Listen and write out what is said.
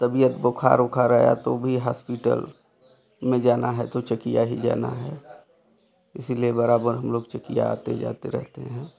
तबीयत बुखार उखार आया तो भी हॉस्पिटल में जाना है तो चेकिया ही जाना है इसिलिए बराबर हम लोग चेकिया आते जाते रहते हैं